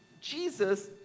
Jesus